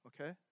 Okay